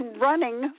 running